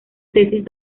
tesis